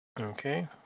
Okay